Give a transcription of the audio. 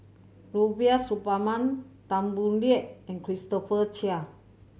Rubiah Suparman Tan Boo Liat and Christopher Chia